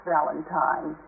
Valentine